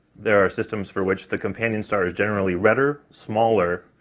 there are systems for which the companion star is generally redder, smaller,